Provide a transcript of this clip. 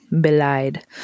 belied